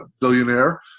billionaire